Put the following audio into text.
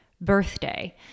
birthday